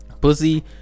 Pussy